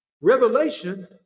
revelation